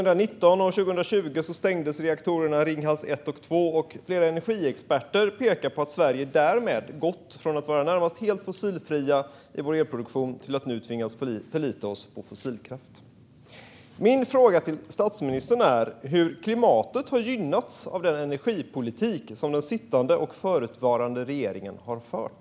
Reaktorerna Ringhals 1 och 2 stängdes 2019 2020, och flera energiexperter pekar på att vi i Sverige därmed gått från att vara närmast helt fossilfria i vår elproduktion till att nu tvingas förlita oss på fossilkraft. Min fråga till statsministern är hur klimatet har gynnats av den energipolitik som den sittande och den förutvarande regeringen har fört.